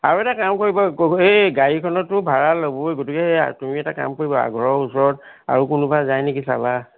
আৰু এটা কাম কৰিব এই গাড়ীখনতো ভাড়া ল'বই গতিকে তুমি এটা কাম কৰিবা ঘৰৰ ওচৰত আৰু কোনোবা যায় নেকি চাবা